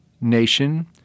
nation